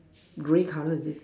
grey color is it